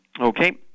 Okay